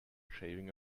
shaving